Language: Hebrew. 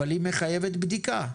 אבל היא מחייבת בדיקה.